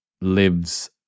lives